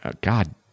God